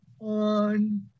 on